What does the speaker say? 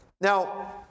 Now